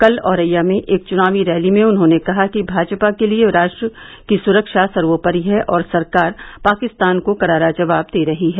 कल ओरैया में एक चुनाव रैली में उन्होंने कहा कि भाजपा के लिए राष्ट्र की सुरक्षा सर्वेपरि है और सरकार पाकिस्तान को करारा जवाब दे रही है